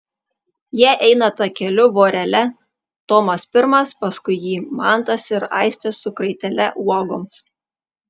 jie eina takeliu vorele tomas pirmas paskui jį mantas ir aistė su kraitele uogoms